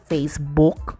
Facebook